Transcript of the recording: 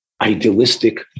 idealistic